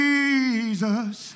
Jesus